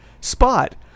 Spot